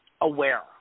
aware